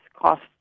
cost